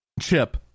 chip